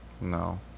No